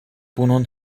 bunun